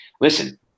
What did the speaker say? listen